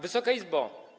Wysoka Izbo!